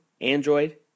Android